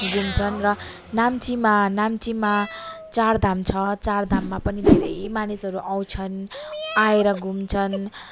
घुम्छन् र नाम्चीमा नाम्चीमा चारधाम छ चारधाममा पनि धेरै मानिसहरू आउँछन् आएर घुम्छन्